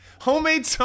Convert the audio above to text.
homemade